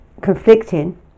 conflicting